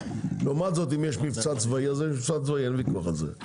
לעומת זאת אם יש מבצע צבאי אין ויכוח על זה.